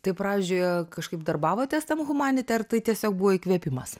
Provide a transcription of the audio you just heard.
tai pradžioje kažkaip darbavotės tam humanite ar tai tiesiog buvo įkvėpimas